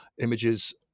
images